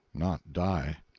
not die.